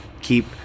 keep